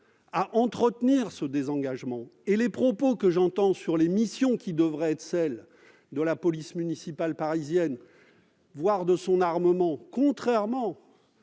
à entretenir ce désengagement. Les propos que j'entends sur les missions qui devraient être celles de la police municipale parisienne, et sur la possibilité de son armement, contrairement